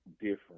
different